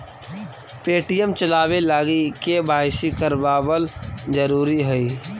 Paytm चलाबे लागी KYC करबाबल जरूरी हई